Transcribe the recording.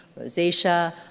rosacea